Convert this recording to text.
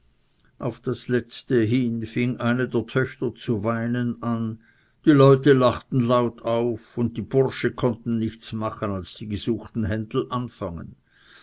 auf das letzte hin fing eine der töchter zu weinen an die leute lachten laut auf und die burschen konnten nichts machen als die gesuchten händel anfangen